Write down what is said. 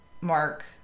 Mark